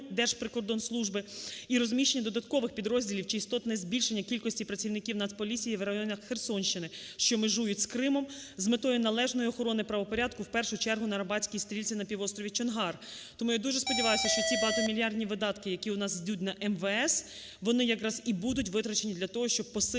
Держприкордонслужби і розміщення додаткових підрозділів чи істотне збільшення кількості працівників Нацполіції в районах Херсонщини, що межують з Кримом, з метою належної охорони правопорядку в першу чергу на Арабатській стрілці на півострові Чонгар. Тому я дуже сподіваюся, що ці багатомільярдні видатки, які у нас ідуть на МВС, вони якраз і будуть витрачені для того, щоб посилити